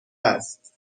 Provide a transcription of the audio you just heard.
است